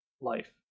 life